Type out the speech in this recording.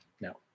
No